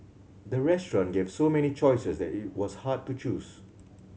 the restaurant gave so many choices that it was hard to choose